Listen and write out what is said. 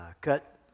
cut